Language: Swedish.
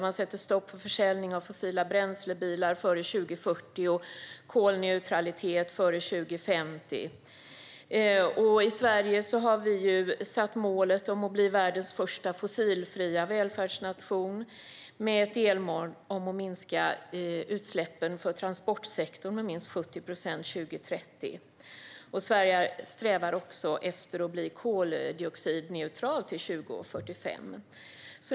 Man sätter stopp för försäljning av fossila bränslebilar före 2040 och kolneutralitet före 2050. I Sverige har vi uppsatt målet om att bli världens första fossilfria välfärdsnation med delmålet om att minska utsläppen för transportsektorn med minst 70 procent 2030. Sverige strävar också efter att bli koldioxidneutralt till 2045.